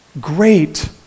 great